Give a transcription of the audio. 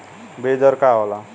बीज दर का होला?